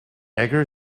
edgar